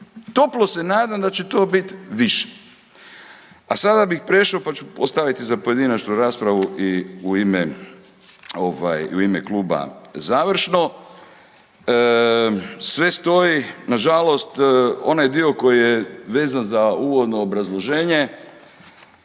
Toplo se nadam da će to bit više. A sada bih prešao, pa ću postavit za pojedinačnu raspravu i u ime ovaj i u ime kluba završno. Sve stoji, nažalost onaj dio koji je vezan za uvodno obrazloženje